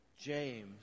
James